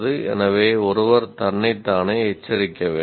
எனவே ஒருவர் தன்னை தானே எச்சரிக்க வேண்டும்